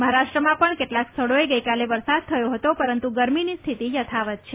મહારાષ્ટ્રમાં પણ કેટલાક સ્થળોએ ગઈકાલે વરસાદ થયો હતો પરંતુ ગરમીની સ્થિતિ યથાવત્ છે